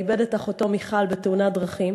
איבד את אחותו מיכל בתאונת דרכים.